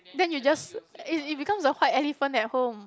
then you just it it becomes a white elephant at home